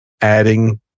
adding